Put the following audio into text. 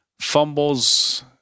fumbles